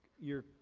your,